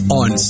on